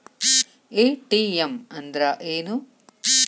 ATM ಅಂದ್ರ ಏನು?